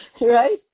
Right